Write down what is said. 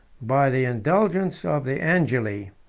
by the indulgence of the angeli,